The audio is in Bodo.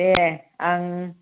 दे आं